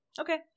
Okay